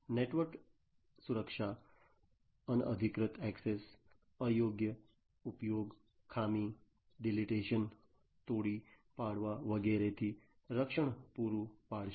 network સુરક્ષા અનધિકૃત access અયોગ્ય ઉપયોગ ખામી ડિલેટશન તોડી પાડવા વગેરેથી રક્ષણ પૂરું પાડશે